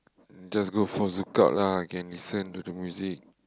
just for ZoukOut lah can listen to the music